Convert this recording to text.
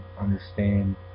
understand